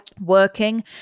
working